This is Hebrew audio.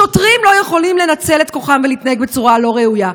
שוטרים לא יכולים לנצל את כוחם ולהתנהג בצורה לא ראויה".